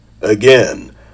Again